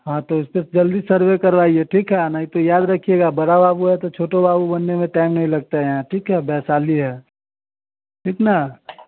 हाँ तो इसपे जल्दी सर्वे करवाईए ठीक है नहीं तो याद रखिएगा बड़ा बाबू है तो छोटे बाबू बनने में टाइम नहीं लगता यहाँ ठीक है वैशाली है ठीक ना